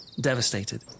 devastated